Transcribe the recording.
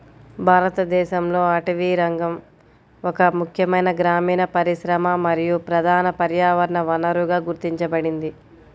భారతదేశంలో అటవీరంగం ఒక ముఖ్యమైన గ్రామీణ పరిశ్రమ మరియు ప్రధాన పర్యావరణ వనరుగా గుర్తించబడింది